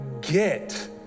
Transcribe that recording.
get